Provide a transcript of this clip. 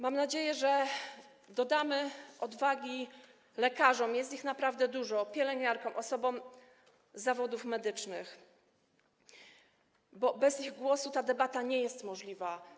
Mam nadzieję, że dodamy odwagi lekarzom, jest ich naprawdę dużo, pielęgniarkom, osobom wykonującym zawody medyczne, bo bez ich głosu ta debata nie jest możliwa.